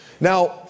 Now